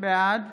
בעד